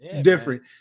different